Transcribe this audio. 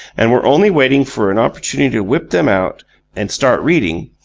and were only waiting for an opportunity to whip them out and start reading,